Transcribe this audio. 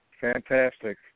Fantastic